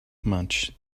much